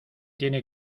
tiene